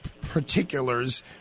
particulars